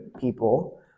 people